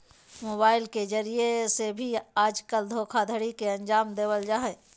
mobile के जरिये से भी आजकल धोखाधडी के अन्जाम देवल जा हय